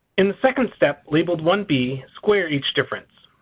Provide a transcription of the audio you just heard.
in the second step, labeled one b, square each difference.